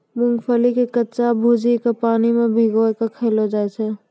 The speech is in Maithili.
मूंगफली के कच्चा भूजिके पानी मे भिंगाय कय खायलो जाय छै